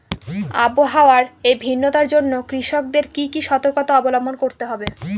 আবহাওয়ার এই ভিন্নতার জন্য কৃষকদের কি কি সর্তকতা অবলম্বন করতে হবে?